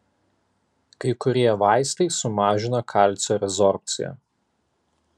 kai kurie vaistai sumažina kalcio rezorbciją